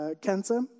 cancer